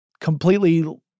completely